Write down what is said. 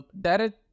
direct